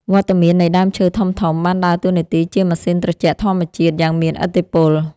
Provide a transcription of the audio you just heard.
វត្តមាននៃដើមឈើធំៗបានដើរតួនាទីជា ម៉ាស៊ីនត្រជាក់ធម្មជាតិ យ៉ាងមានឥទ្ធិពល។